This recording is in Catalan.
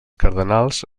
cardenals